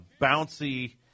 bouncy